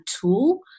tool